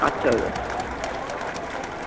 আচ্ছা দাদা